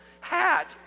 hat